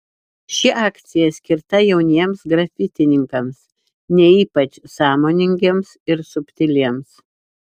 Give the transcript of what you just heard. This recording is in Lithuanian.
ši akcija skirta jauniems grafitininkams ne ypač sąmoningiems ir subtiliems